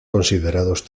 considerados